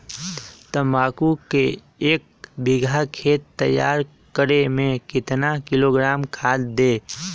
तम्बाकू के एक बीघा खेत तैयार करें मे कितना किलोग्राम खाद दे?